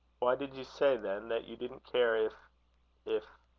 why did you say, then, that you didn't care if if?